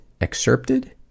excerpted